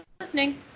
listening